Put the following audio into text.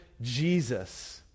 Jesus